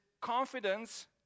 confidence